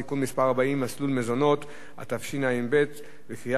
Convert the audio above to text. לפיכך אני קובע שהצעת חוק הפיקוח על שירותים פיננסיים (תיקוני חקיקה),